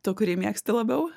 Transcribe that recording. tu kurį mėgsti labiau